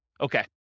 Okay